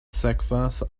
sekvas